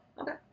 okay